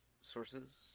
sources